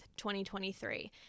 2023